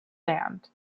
land